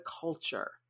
culture